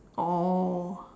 oh